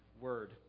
Word